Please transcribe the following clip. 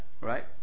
right